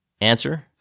Answer